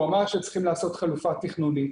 הוא אמר שצריך לעשות חלופה תכנונית,